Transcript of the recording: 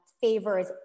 favors